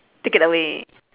take it away